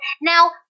Now